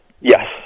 yes